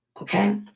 Okay